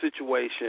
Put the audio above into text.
situation